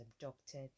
abducted